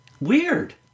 weird